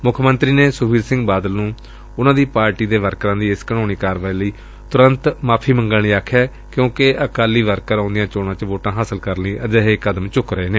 ਮੁੱਖ ਮੰਤਰੀ ਨੇ ਸੁਖਬੀਰ ਸਿੰਘ ਬਾਦਲ ਨੂੰ ਉਸ ਦੀ ਪਾਰਟੀ ਦੇ ਵਰਕਰਾਂ ਦੀ ਇਸ ਘਿਨਾਉਣੀ ਕਾਰਵਾਈ ਲਈ ਤੁਰੰਤ ਮੁਆਫੀ ਮੰਗਣ ਲਈ ਆਖਿਆ ਕਿਉਂ ਜੋ ਅਕਾਲੀ ਵਰਕਰ ਆਉਂਦੀਆਂ ਚੋਣਾਂ ਵਿੱਚ ਵੋਟਾਂ ਹਾਸਲ ਲਈ ਅਜਿਹੇ ਕਦਮ ਚੁੱਕ ਰਹੇ ਨੇ